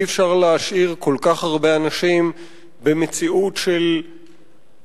אי-אפשר להשאיר כל כך הרבה אנשים במציאות של אי-הסדר,